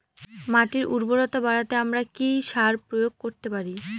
মাটির উর্বরতা বাড়াতে আমরা কি সার প্রয়োগ করতে পারি?